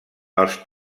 els